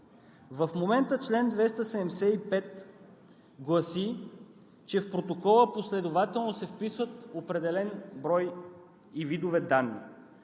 В момента чл. 275 гласи, че в протокола последователно се вписват определен брой и видове данни.